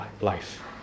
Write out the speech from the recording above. life